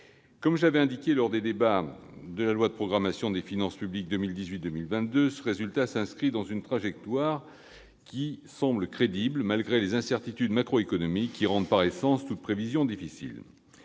Comme je l'avais indiqué lors des débats sur la loi de programmation des finances publiques pour 2018-2022, ce résultat s'inscrit dans une trajectoire qui semble crédible, malgré les incertitudes macroéconomiques, qui rendent par essence toute prévision difficile.